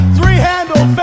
Three-Handle